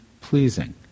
pleasing